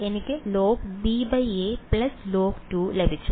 എനിക്ക് logba log ലഭിച്ചു